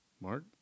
Mark